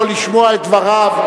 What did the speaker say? לא לשמוע את דבריו,